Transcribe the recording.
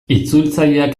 itzultzaileak